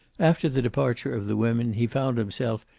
after the departure of the women he found himself,